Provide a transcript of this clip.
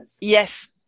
Yes